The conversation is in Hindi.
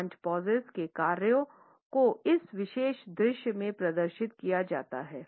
प्लांट पौसेस के कार्यों को इस विशेष दृश्य में प्रदर्शित किया जाता है